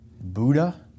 Buddha